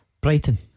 Brighton